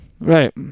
right